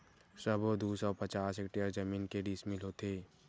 सबो दू सौ पचास हेक्टेयर जमीन के डिसमिल होथे?